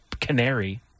canary